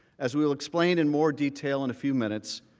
as we will explain in more detail in a few minutes,